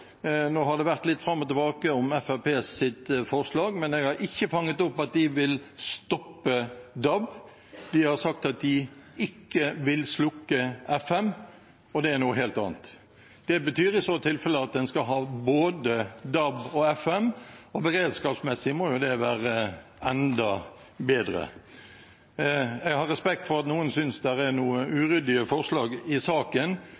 har vært litt fram og tilbake om Fremskrittspartiets forslag, men jeg har ikke fanget opp at de vil stoppe DAB. De har sagt at de ikke vil slukke FM, og det er noe helt annet. Det betyr i så tilfelle at en skal ha både DAB og FM, og beredskapsmessig må jo det være enda bedre. Jeg har respekt for at noen synes det er noe uryddige forslag i saken,